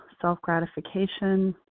self-gratification